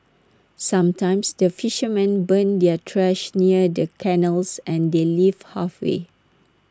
sometimes the fishermen burn their trash near the canals and they leave halfway